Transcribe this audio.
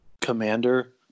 commander